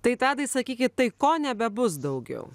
tai tadai sakykit tai ko nebebus daugiau